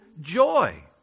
joy